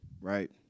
right